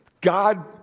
God